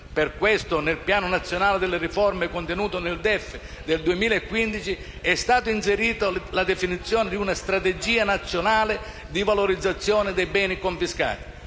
Per questo, nel piano nazionale delle riforme contenuto nel DEF del 2015, è stata inserita la definizione di una strategia nazionale di valorizzazione dei beni confiscati.